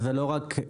אלו לא רק